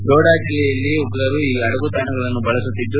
ಡೋಡಾ ಜಿಲ್ಲೆಯಲ್ಲಿ ಉಗ್ರರು ಈ ಅಡಗುತಾಣಗಳನ್ನು ಬಳಸುತ್ತಿದ್ದು